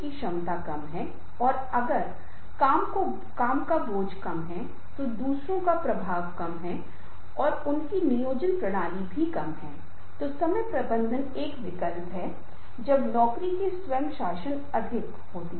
तो अल्पविराम छोटे विराम चिह्न पूर्ण विराम बड़ा विराम चिह्न इटैलिक जोर पैराग्राफ अभी भी बड़ा विराम चिह्न पूंजीकृत शब्द फिर से किसी प्रकार का जोर है